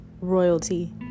Royalty